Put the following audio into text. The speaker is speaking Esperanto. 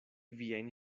viajn